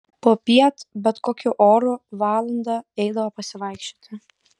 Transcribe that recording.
popiet bet kokiu oru valandą eidavo pasivaikščioti